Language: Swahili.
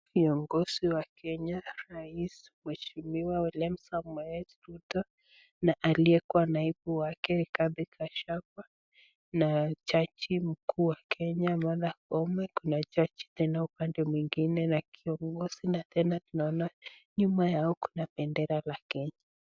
Viongozi wa kenya, raisi mheshimiwa William Samoei Ruto, na aliyekuwa naibu wake, Rigathi Gachagua, na jaji mkuu, Martha Koome, kuna jaji tena upande mwingine na kiongozi, na tena tunaona kuwa nyuma yao kuna bendera la Kenya.